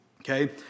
Okay